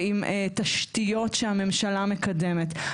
ועם תשתיות שהממשלה מקדמת.